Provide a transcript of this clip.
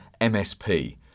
MSP